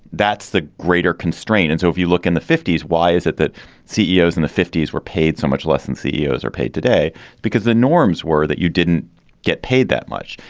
that's the greater constraint. and so if you look in the fifty s, why is it that ceos in the fifty s were paid so much less than ceos are paid today because the norms were that you didn't get paid that much.